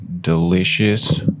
delicious